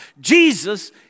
Jesus